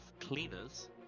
cleaners